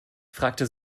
fragte